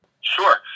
Sure